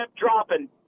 dropping